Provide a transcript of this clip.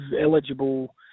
eligible